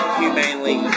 humanely